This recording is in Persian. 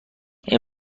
این